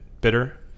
bitter